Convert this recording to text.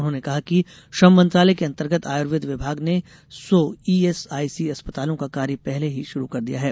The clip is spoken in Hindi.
उन्होंने कहा कि श्रम मंत्रालय के अंतर्गत आयुर्वेद विभाग ने सौ ईएसआईसी अस्पतालों का कार्य पहले ही शुरू कर दिया है